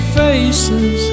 faces